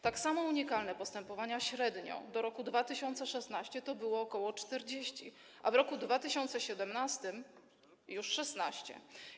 Tak samo unikalnych postępowań średnio do roku 2016 było ok. 40, a w roku 2017 - już 16.